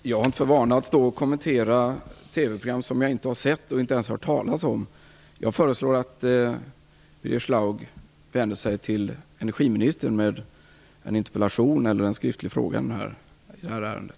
Fru talman! Jag har inte för vana att kommentera TV-program som jag inte har sett och inte ens har hört talas om. Jag föreslår att Birger Schlaug vänder sig till energiministern med en interpellation eller skriftlig fråga i det här ärendet.